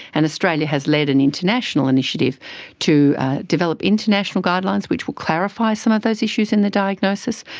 and australia has led an international initiative to develop international guidelines which will clarify some of those issues in the diagnosis,